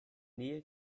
nähe